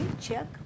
check